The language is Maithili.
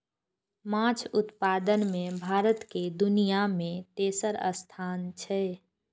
माछ उत्पादन मे भारत के दुनिया मे तेसर स्थान छै